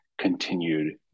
continued